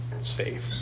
Safe